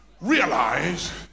realize